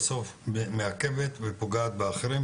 בסוף מעקבת ופוגעת באחרים,